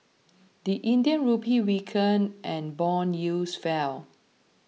the Indian Rupee weakened and bond yields fell